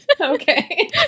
Okay